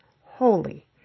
holy